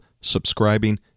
subscribing